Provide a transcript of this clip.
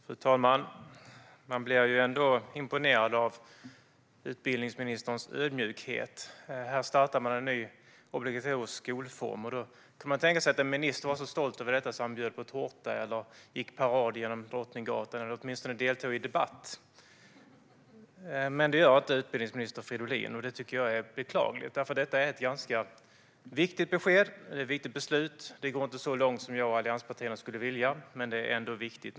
Fru talman! Man blir imponerad av utbildningsministerns ödmjukhet. Här startas en ny obligatorisk skolform, och då skulle man kunna tänka sig att en minister vore så stolt över detta att han bjöd på tårta, gick i parad Drottninggatan fram eller åtminstone deltog i debatten. Men det gör inte utbildningsminister Fridolin, och det tycker jag är beklagligt. Detta är ett ganska viktigt besked och ett viktigt beslut. Det går inte så långt som jag och allianspartierna skulle vilja, men det är ändå viktigt.